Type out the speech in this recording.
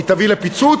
היא תביא לפיצוץ,